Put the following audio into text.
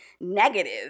negative